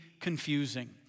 confusing